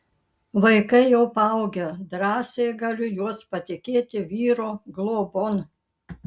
vaikai jau paaugę drąsiai galiu juos patikėti vyro globon